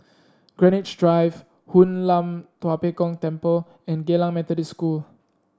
Greenwich Drive Hoon Lam Tua Pek Kong Temple and Geylang Methodist School